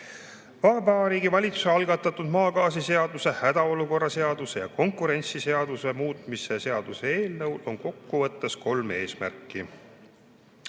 kaetud. Vabariigi Valitsuse algatatud maagaasiseaduse, hädaolukorra seaduse ja konkurentsiseaduse muutmise seaduse eelnõul on kokkuvõttes kolm eesmärki.